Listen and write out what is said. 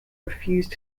refused